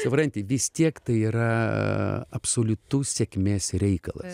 supranti vis tiek tai yra absoliutus sėkmės reikalas